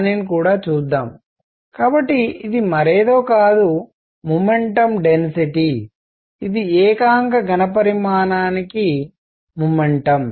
దానిని చూద్దాం కాబట్టి ఇది మరేదో కాదు మొమెంటం డెన్సిటీ ఇది ఏకాంక ఘణపరిమాణానికి కి మొమెంటం